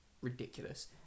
ridiculous